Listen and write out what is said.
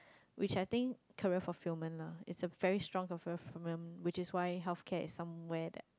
which I think career fulfillment lah it's a very strong career fulfillment which is why healthcare is somewhere that